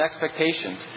expectations